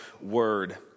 word